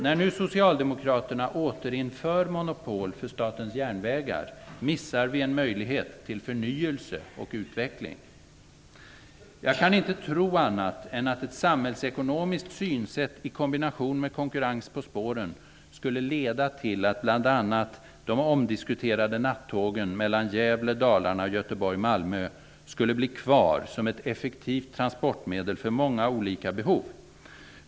När nu socialdemokraterna återinför monopol för Statens järnvägar missar vi en möjlighet till förnyelse och utveckling. Jag kan inte tro annat än att ett samhällsekonomiskt synsätt i kombination med konkurrens på spåren skulle leda till att bl.a. de omdiskuterade nattågen mellan Gävle, Dalarna och Göteborg/Malmö skulle bli kvar som ett effektivt transportmedel för många olika behov.